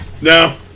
no